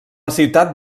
ciutat